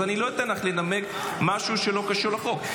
אז אני לא אתן לך לנמק במשהו שלא קשור לחוק.